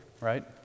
right